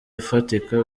ifatika